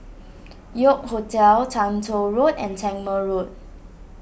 York Hotel Toh Tuck Road and Tangmere Road